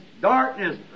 darkness